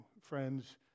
friends